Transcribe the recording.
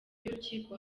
y’urukiko